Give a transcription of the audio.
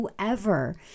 whoever